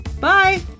Bye